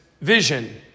vision